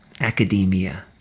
Academia